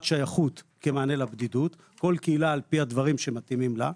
שייכות כמענה לבדידות- כל קהילה על פי הדברים שמתאימים לה.